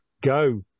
Go